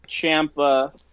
Champa